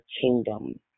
kingdom